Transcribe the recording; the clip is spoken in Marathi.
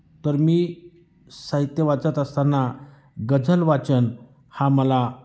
तर मी साहित्य वाचत असताना गझल वाचन हा मला